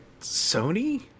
sony